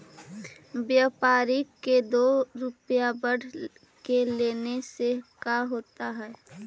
व्यापारिक के दो रूपया बढ़ा के लेने से का होता है?